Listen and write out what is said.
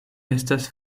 ekas